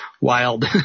wild